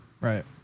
Right